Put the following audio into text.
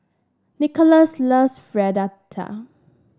Nikolas loves Fritada